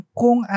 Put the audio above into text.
kung